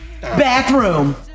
bathroom